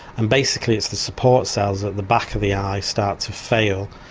and basically it's the support cells at the back of the eye start to fail.